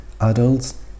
adults